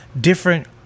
different